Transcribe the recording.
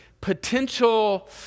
potential